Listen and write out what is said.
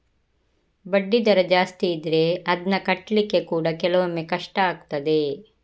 ಬಡ್ಡಿ ದರ ಜಾಸ್ತಿ ಇದ್ರೆ ಅದ್ನ ಕಟ್ಲಿಕ್ಕೆ ಕೂಡಾ ಕೆಲವೊಮ್ಮೆ ಕಷ್ಟ ಆಗ್ತದೆ